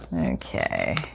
Okay